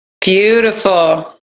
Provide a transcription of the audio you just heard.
Beautiful